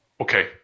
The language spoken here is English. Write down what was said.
Okay